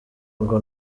ngo